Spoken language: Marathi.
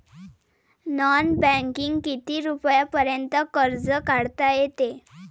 नॉन बँकिंगनं किती रुपयापर्यंत कर्ज काढता येते?